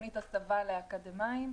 תוכנית הסבה לאקדמאיים,